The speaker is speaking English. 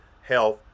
health